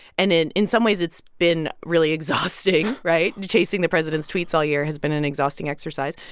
and in in some ways, it's been really exhausting, right? chasing the president's tweets all year has been an exhausting exercise.